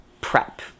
prep